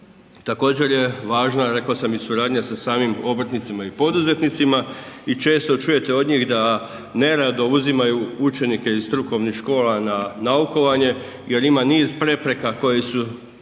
Također je važna rekao sam i suradanja sa samim obrtnicima i poduzetnicima i često čujete od njih da nerado uzimaju učenike iz strukovnih škola na naukovanje jer ima niz prepreka koje su